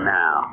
now